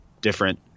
different